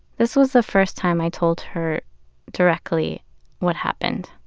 this was the first time i'd told her directly what happened.